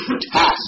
task